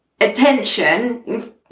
attention